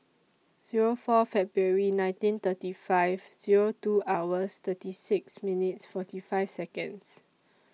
Zero four February nineteen thirty five Zero two hours thirty six minutes forty five Seconds